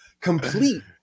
complete